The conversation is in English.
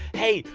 hey,